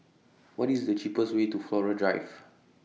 What IS The cheapest Way to Flora Drive